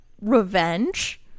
Revenge